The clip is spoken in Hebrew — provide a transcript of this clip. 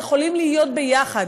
יכולים להיות יחד.